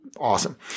awesome